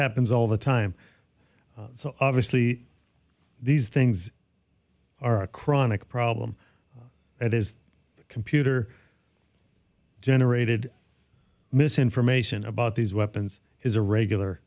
happens all the time obviously these things are a chronic problem it is the computer generated misinformation about these weapons is a regular